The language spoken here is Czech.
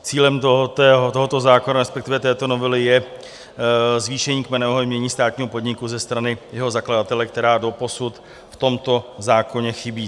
Cílem tohoto zákona, respektive této novely, je zvýšení kmenového jmění státního podniku ze strany jeho zakladatele, která doposud v tomto zákoně chybí.